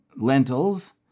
Lentils